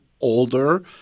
older